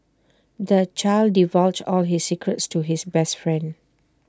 the child divulged all his secrets to his best friend